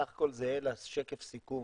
הסך הכול זהה לשקף הסיכום.